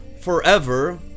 forever